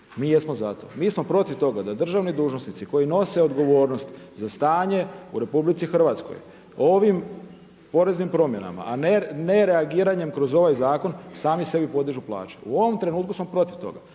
Mi jesmo za to. Mi smo protiv toga da državni dužnosnici koji nose odgovornost za stanje u Republici Hrvatskoj ovim poreznim promjenama, a ne reagiranjem kroz ovaj zakon sami sebi podižu plaće. U ovom trenutku smo protiv toga.